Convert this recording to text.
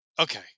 Okay